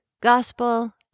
gospel